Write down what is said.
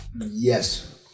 Yes